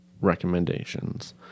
recommendations